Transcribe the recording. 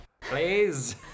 please